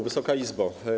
Wysoka Izbo!